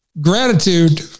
Gratitude